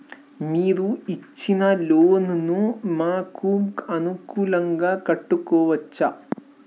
మీరు ఇచ్చిన లోన్ ను మాకు అనుకూలంగా కట్టుకోవచ్చా?